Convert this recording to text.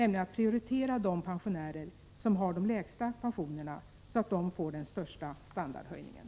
Vi vill prioritera de pensionärer som har de lägsta pensionerna, så att de får den största standardhöjningen.